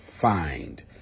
find